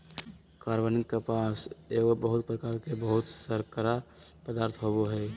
कार्बनिक कपास एगो प्रकार के बहुशर्करा पदार्थ होबो हइ